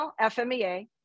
FMEA